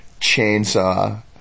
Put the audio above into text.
chainsaw